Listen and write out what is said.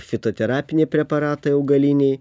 fitoterapiniai preparatai augaliniai